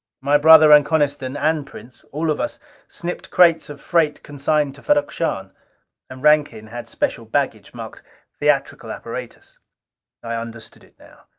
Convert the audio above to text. my brother and coniston and prince all of us snipped crates of freight consigned to ferrok-shahn and rankin had special baggage marked theatrical apparatus i understood it now.